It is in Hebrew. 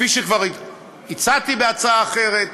כפי שכבר הצעתי בהצעה אחרת,